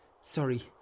Sorry